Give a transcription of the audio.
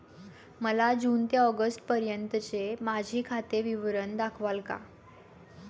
मला जून ते ऑगस्टपर्यंतचे माझे खाते विवरण दाखवाल का?